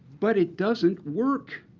but it doesn't work.